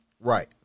Right